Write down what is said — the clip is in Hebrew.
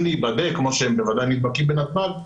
להיבדק כמו שהם בוודאי נבדקים בנתב"ג,